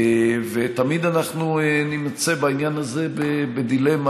ותמיד אנחנו נימצא בעניין הזה בדילמה,